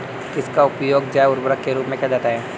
किसका उपयोग जैव उर्वरक के रूप में किया जाता है?